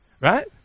right